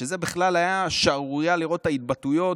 שבכלל זה היה שערורייה לראות את ההתבטאויות.